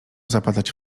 zapadać